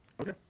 Okay